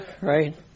right